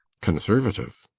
conservative,